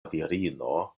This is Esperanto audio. virino